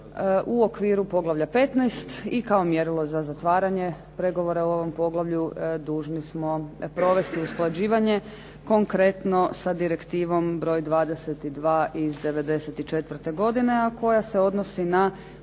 u okviru poglavlja 15. i kao mjerilo za zatvaranje pregovora o ovom poglavlju dužni smo provesti usklađivanje konkretno sa Direktivom broj 22 iz '94. godine, a koja se odnosi na